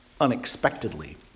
unexpectedly